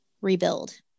rebuild